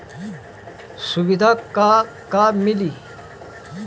सुविधा का का मिली?